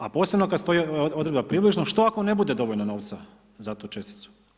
A posebno kada stoji odredba približno, što ako ne bude dovoljno novca, za tu česticu?